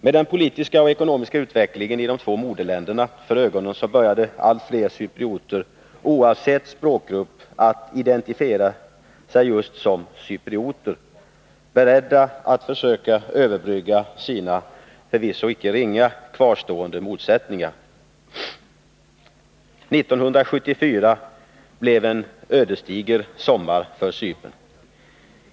Med den politiska och ekonomiska utvecklingen i de två ”moderländerna” för ögonen började allt fler cyprioter, oavsett språkgrupp, att identifiera sig just som cyprioter, beredda att försöka överbrygga sina — förvisso icke ringa — kvarstående motsättningar. 1974 blev en ödesdiger sommar för Cypern.